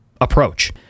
approach